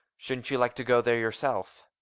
shouldn't you like to go there yourself?